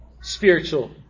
spiritual